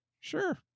sure